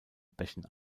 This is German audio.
bächen